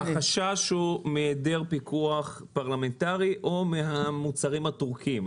החשש הוא מהיעדר פיקוח פרלמנטרי או מהמוצרים הטורקים?